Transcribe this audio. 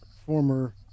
Former